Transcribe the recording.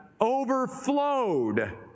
overflowed